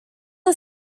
are